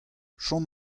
chom